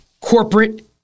corporate